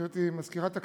גברתי מזכירת הכנסת,